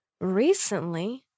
Recently